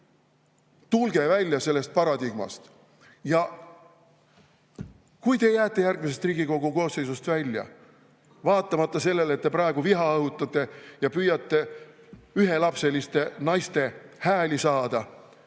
Tulge välja sellest paradigmast! Ja kui te jääte järgmisest Riigikogu koosseisust välja vaatamata sellele, et te praegu viha õhutate ja püüate ühelapseliste naiste hääli saada,